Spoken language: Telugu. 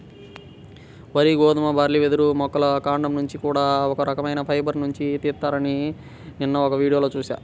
వరి, గోధుమ, బార్లీ, వెదురు మొక్కల కాండం నుంచి కూడా ఒక రకవైన ఫైబర్ నుంచి తీత్తారని నిన్న ఒక వీడియోలో చూశా